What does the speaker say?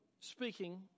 speaking